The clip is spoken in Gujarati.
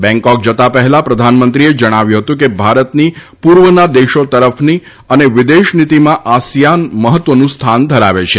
બેંગકોક જતા પહેલાં પ્રધાનમંત્રીએ જણાવ્યું હતું કે ભારતની પૂર્વના દેશો તરફની અને વિદેશ નીતિમાં આસિયાન મહત્વનું સ્થાન ધરાવે છે